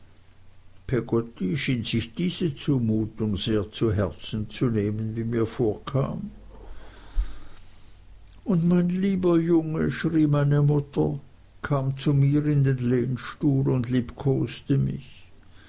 peggotty schien sich diese zumutung sehr zu herzen zu nehmen wie mir vorkam und mein lieber junge schrie meine mutter kam zu mir in den lehnstuhl und liebkoste mich